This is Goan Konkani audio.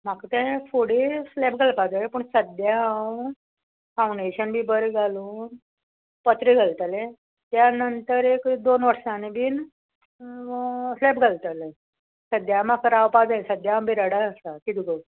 म्हाका ते फुडें स्लॅब घालपा जाय पूण सद्द्यां हांव फावंडेशन बी बरें घालून पत्रे घालतलें त्या नंतर एक दोन वर्सांनी बीन स्लेप घालतलें सद्द्यां म्हाका रावपा जाय सद्द्या हांव बिराडा आसा किदें गो